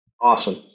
Awesome